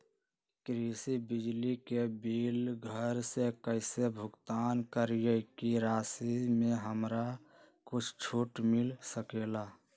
कृषि बिजली के बिल घर से कईसे भुगतान करी की राशि मे हमरा कुछ छूट मिल सकेले?